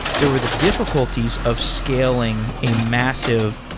there were the difficulties of scaling a massive,